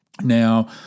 now